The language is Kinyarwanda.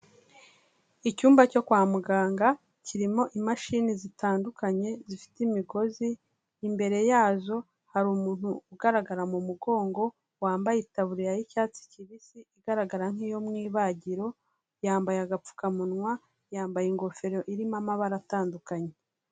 Icyumba cyo kwa muganga, kirimo imashini zitandukanye zifite imigozi, imbere yazo hari umuntu ugaragara mu mugongo, wambaye itaburiya y'icyatsi kibisi igaragara nk'iyo mu ibagiro, yambaye agapfukamunwa, yambaye ingofero irimo amabara atandukanye.